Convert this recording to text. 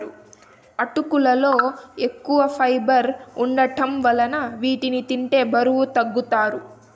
అటుకులలో ఎక్కువ ఫైబర్ వుండటం వలన వీటిని తింటే బరువు తగ్గుతారు